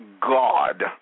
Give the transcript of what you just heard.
God